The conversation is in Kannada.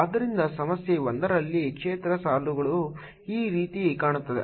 ಆದ್ದರಿಂದ ಸಮಸ್ಯೆ 1 ರಲ್ಲಿ ಕ್ಷೇತ್ರ ಸಾಲುಗಳು ಈ ರೀತಿ ಕಾಣುತ್ತವೆ